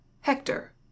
Hector